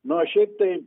na o šiaip tai